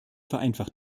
vereinfacht